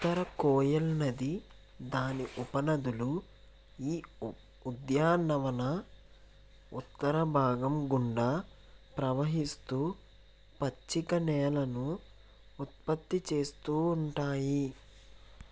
ఉత్తర కోయల్ నది దాని ఉపనదులు ఈ ఉద్యానవన ఉత్తర భాగం గుండా ప్రవహిస్తూ పచ్చిక నేలను ఉత్పత్తి చేస్తూ ఉంటాయి